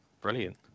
brilliant